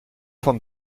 van